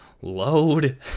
load